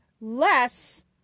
less